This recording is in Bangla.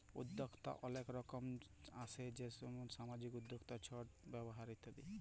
উদ্যক্তা অলেক রকম আসে যেমল সামাজিক উদ্যক্তা, ছট ব্যবসা ইত্যাদি